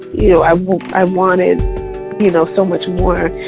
you know i i wanted you know so much more.